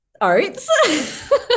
oats